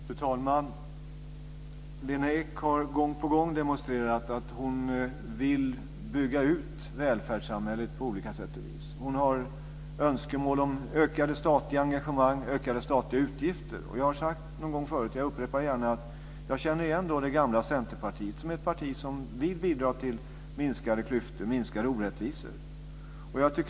Fru talman! Lena Ek har gång på gång demonstrerat att hon vill bygga ut välfärdssamhället på olika sätt. Hon har önskemål om ökat statligt engagemang och ökade statliga utgifter. Jag har sagt förut, och jag upprepar det gärna, att jag känner igen det gamla Centerpartiet som ett parti som vill bidra till minskade klyftor och minskade orättvisor.